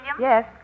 Yes